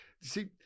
see